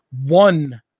one